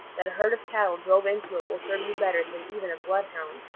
that a herd of cattle drove into it will serve you better than even a bloodhound.